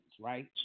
right